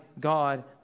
God